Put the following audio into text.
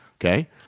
Okay